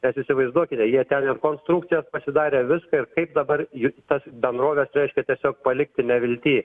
nes įsivaizduokite jie ten ir konstrukcijas pasidarę viską ir kaip dabar juk tas bendroves reiškia tiesiog palikti nevilty